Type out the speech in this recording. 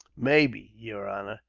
maybe, yer honor,